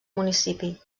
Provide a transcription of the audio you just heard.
municipi